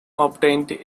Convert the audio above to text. obtained